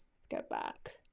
let's go back.